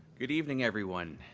good evening, everyone.